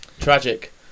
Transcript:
Tragic